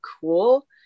cool